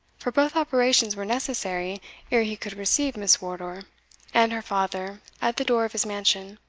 for both operations were necessary ere he could receive miss wardour and her father at the door of his mansion.